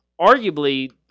arguably